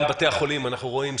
אנחנו רואים שגם בתי החולים סוגרים